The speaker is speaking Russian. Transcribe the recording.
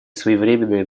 своевременное